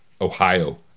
Ohio